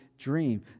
Dream